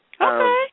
Okay